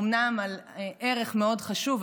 אומנם על ערך מאוד חשוב,